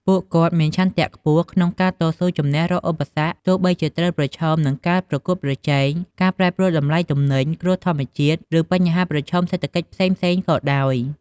ពួកគាត់មានឆន្ទៈខ្ពស់ក្នុងការ តស៊ូជំនះរាល់ឧបសគ្គ ទោះបីជាត្រូវប្រឈមនឹងការប្រកួតប្រជែង ការប្រែប្រួលតម្លៃទំនិញ គ្រោះធម្មជាតិ ឬបញ្ហាប្រឈមសេដ្ឋកិច្ចផ្សេងៗក៏ដោយ។